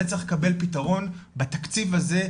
זה צריך לקבל פתרון בתקציב הזה,